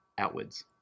outwards